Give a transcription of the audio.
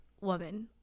woman